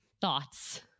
Thoughts